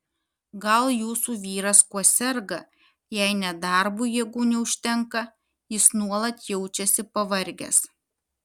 gal jūsų vyras kuo serga jei net darbui jėgų neužtenka jis nuolat jaučiasi pavargęs